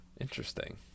interesting